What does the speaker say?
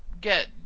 get